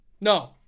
No